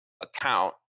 account